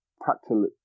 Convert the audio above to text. practically